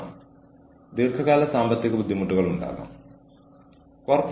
ഇത് ജീവനക്കാരെ പ്രതിബദ്ധത നിലനിർത്താൻ സഹായിക്കുന്നു